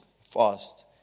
fast